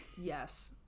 yes